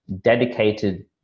dedicated